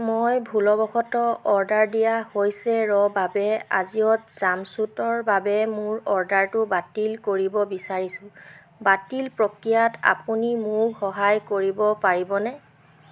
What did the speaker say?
মই ভুলবশতঃ অৰ্ডাৰ দিয়া হৈছে ৰ বাবে আজিঅ' ত জাম্পছুটৰ বাবে মোৰ অৰ্ডাৰটো বাতিল কৰিব বিচাৰিছোঁ বাতিল প্ৰক্ৰিয়াত আপুনি মোক সহায় কৰিব পাৰিবনে